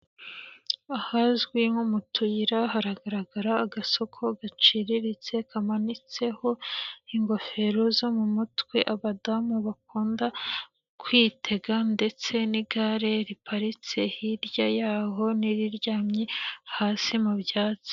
Ahazwi nko mu tuyira, hagaragara agasoko gaciriritse kamanitseho ingofero zo mu mutwe, abadamu bakunda kwitega, ndetse n'igare riparitse hirya yaho, n'iriryamye hasi mu byatsi.